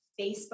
Facebook